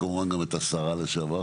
וכמובן שגם את השרה לשעבר,